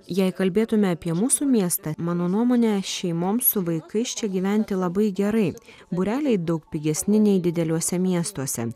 jei kalbėtume apie mūsų miestą mano nuomone šeimoms su vaikais čia gyventi labai gerai būreliai daug pigesni nei dideliuose miestuose